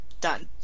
done